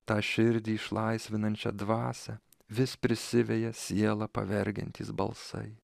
tą širdį išlaisvinančią dvasią vis prisiveja sielą pavergiantys balsai